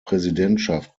präsidentschaft